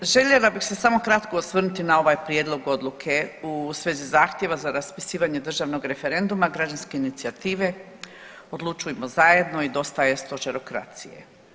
Željela bih se samo kratko osvrnuti na ovaj prijedlog odluke u svezi zahtjeva za raspisivanje državnog referenduma građanske inicijative „Odlučujmo zajedno“ i „Dosta je Stožerokracije“